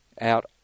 out